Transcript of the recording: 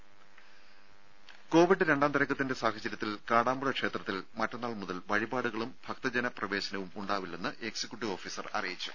ദേദ കോവിഡ് രണ്ടാംതരംഗത്തിന്റെ സാഹചര്യത്തിൽ കാടാമ്പുഴ ക്ഷേത്രത്തിൽ മറ്റന്നാൾ മുതൽ വഴിപാടുകളും ഭക്തജന പ്രവേശനവും ഉണ്ടാവില്ലെന്ന് എക്സിക്യൂട്ടീവ് ഓഫീസർ അറിയിച്ചു